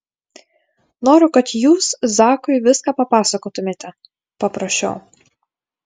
noriu kad jūs zakui viską papasakotumėte paprašiau